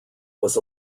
was